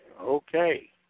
Okay